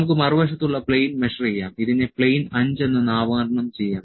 നമുക്ക് മറുവശത്ത് ഉള്ള പ്ലെയിൻ മെഷർ ചെയ്യാം ഇതിനെ പ്ലെയിൻ അഞ്ച് എന്ന് നാമകരണം ചെയ്യാം